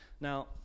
Now